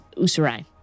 Usurai